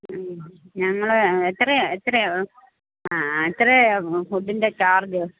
ഞങ്ങൾ എത്രയാണ് എത്രയാണ് ആ എത്രയാണ് ഫുഡിന്റെ ചാര്ജ്